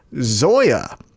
Zoya